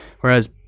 Whereas